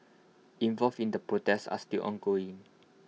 involved in the protest are still ongoing